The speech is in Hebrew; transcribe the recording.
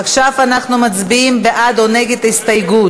עכשיו אנחנו מצביעים בעד או נגד ההסתייגות.